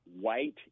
white